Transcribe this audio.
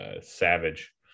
savage